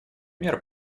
мер